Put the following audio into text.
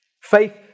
Faith